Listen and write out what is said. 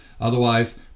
Otherwise